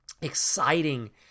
exciting